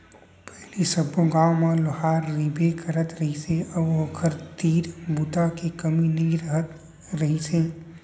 पहिली सब्बो गाँव म लोहार रहिबे करत रहिस हे अउ ओखर तीर बूता के कमी नइ रहत रहिस हे